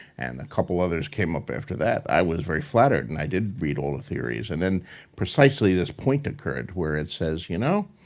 and a couple others came up after that. i was very flattered and i did read all the theories. and then precisely this point occurred where it says, you know,